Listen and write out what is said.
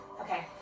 Okay